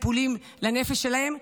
טיפולים לנפש שלהם,